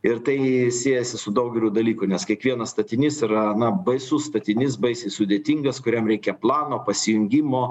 ir tai siejasi su daugeliu dalykų nes kiekvienas statinys yra na baisus statinys baisiai sudėtingas kuriam reikia plano pasijungimo